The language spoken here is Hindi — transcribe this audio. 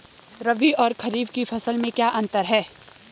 रबी और खरीफ की फसल में क्या अंतर है?